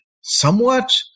somewhat